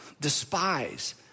despise